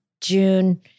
June